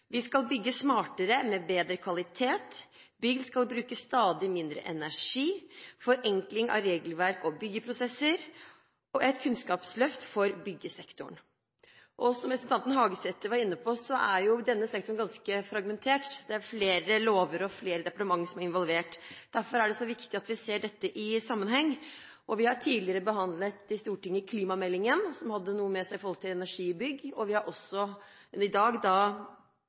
vi skal bygge smartere og med bedre kvalitet bygg skal bruke stadig mindre energi forenkling av regelverk og byggeprosesser et kunnskapsløft for byggesektoren. Som representanten Hagesæter var inne på, er denne sektoren ganske fragmentert. Det er flere lover og flere departementer som er involvert. Derfor er det så viktig at vi ser dette i sammenheng. Vi har tidligere her i Stortinget behandlet klimameldingen, som rommet en del om energibygg, vi har i dag bygningsmeldingen, og vi vil få en boligmelding neste år. Det er viktig at disse ses i